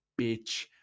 bitch